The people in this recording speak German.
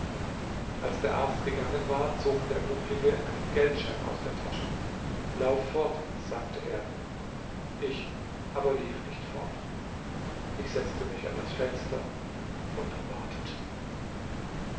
als der arzt gegangen war zog der bucklige einen geldschein aus der tasche lauf fort sagte er ich aber lief nicht fort ich setzte mich an das fenster und wartete